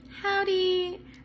Howdy